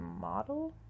model